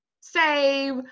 save